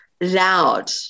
loud